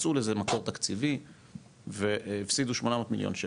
מצאו לזה מקור תקציבי והפסידו 800 מיליון שקל,